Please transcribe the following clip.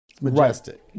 Majestic